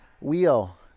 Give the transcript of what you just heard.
Wheel